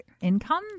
income